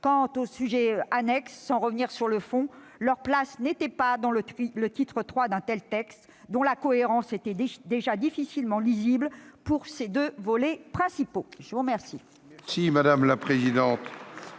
Quant aux sujets annexes, sans revenir sur le fond, leur place n'était pas dans le titre III d'un tel texte, dont la cohérence était déjà difficilement lisible dans ses deux volets principaux. La parole